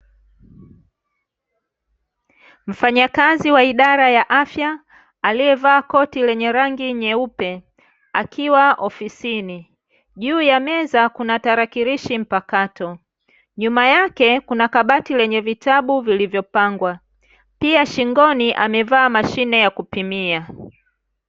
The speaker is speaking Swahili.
Mfanyakazi wa idara ya afya aliyevaa koti lenye rangi nyeupe akiwa ofisini, juu ya meza kuna tarakilishi mpakatu, nyuma yake kuna kabati lenye vitabu vilivyopangwa pia shingoni amevaa mashine ya kupimia.